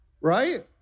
Right